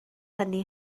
hynny